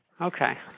Okay